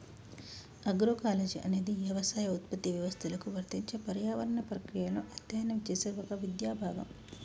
agroecology అనేది యవసాయ ఉత్పత్తి వ్యవస్థలకు వర్తించే పర్యావరణ ప్రక్రియలను అధ్యయనం చేసే ఒక విద్యా భాగం